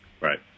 right